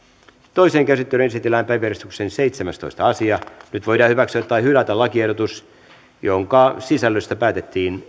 toiseen käsittelyyn esitellään päiväjärjestyksen seitsemästoista asia nyt voidaan hyväksyä tai hylätä lakiehdotus jonka sisällöstä päätettiin